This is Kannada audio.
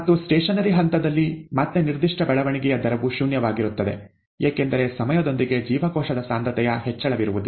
ಮತ್ತು ಸ್ಟೇಶನರಿ ಹಂತದಲ್ಲಿ ಮತ್ತೆ ನಿರ್ದಿಷ್ಟ ಬೆಳವಣಿಗೆಯ ದರವು ಶೂನ್ಯವಾಗಿರುತ್ತದೆ ಏಕೆಂದರೆ ಸಮಯದೊಂದಿಗೆ ಜೀವಕೋಶದ ಸಾಂದ್ರತೆಯ ಹೆಚ್ಚಳವಿರುವುದಿಲ್ಲ